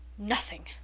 nothing!